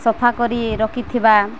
ସଫା କରି ରଖିଥିବା